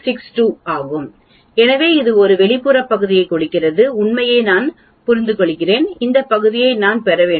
0062 ஆகும் எனவே இது வெளிப்புற பகுதியைக் கொடுக்கிறது என்பதை நீங்கள் கவனிக்க வேண்டும்